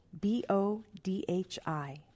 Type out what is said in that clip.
B-O-D-H-I